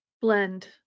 blend